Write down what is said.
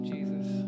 Jesus